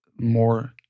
more